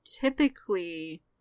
typically